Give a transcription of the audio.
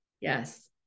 Yes